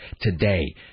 today